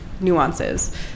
nuances